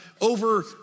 over